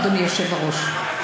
אדוני היושב-ראש.